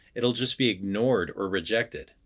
it will just be ignored or rejected.